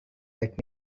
let